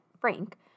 Frank